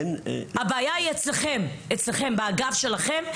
הבעיה היא אצלכם באגף שלכם.